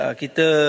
kita